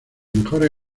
mejores